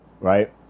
right